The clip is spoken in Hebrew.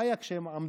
מה היה כשהם עמדו?